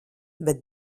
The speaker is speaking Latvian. bet